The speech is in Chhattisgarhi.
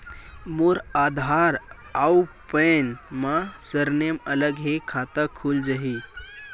मोर आधार आऊ पैन मा सरनेम अलग हे खाता खुल जहीं?